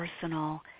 personal